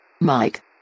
Mike